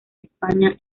españa